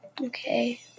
Okay